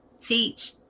teach